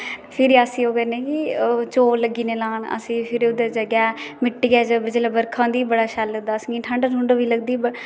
फिरी असी ओह् करने कि चौल लग्गी जन्ने् लान अस फिर उद्धर जाइयै मिट्टी च जिसले बर्खा होंदी बडा शैल लगदा असेंगी ठंड बी लगदी